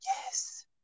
yes